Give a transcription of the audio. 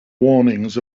warnings